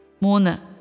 Mona